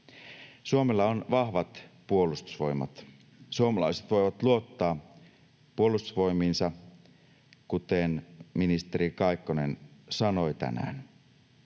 Suomella on vahvat puolustusvoimat. Suomalaiset voivat luottaa puolustusvoimiinsa, kuten ministeri Kaikkonen sanoi tänään.